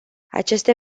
aceste